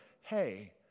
hey